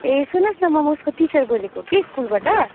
ए सुन्नुहोस् न म उसको टिचर बोलेको कि स्कुलबाट